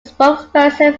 spokesperson